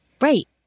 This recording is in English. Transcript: Right